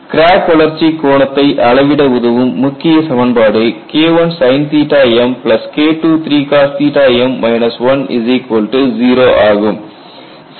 crack வளர்ச்சி கோணத்தை அளவிட உதவும் முக்கிய சமன்பாடு K1sinmKII0 ஆகும்